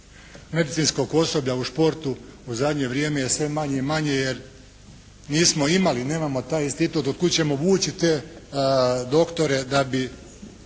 medicinskog osoblja u športu u zadnje vrijeme je sve manje i manje jer nismo imali, nemamo taj institut od kud ćemo vući te doktore da bi